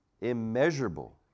immeasurable